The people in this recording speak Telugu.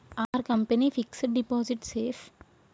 Are company fixed deposit safe?